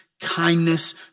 kindness